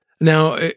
Now